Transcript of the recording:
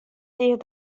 seach